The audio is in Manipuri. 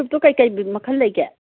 ꯁꯨꯞꯇꯣ ꯀꯔꯤ ꯀꯔꯤ ꯃꯈꯜ ꯂꯩꯒꯦ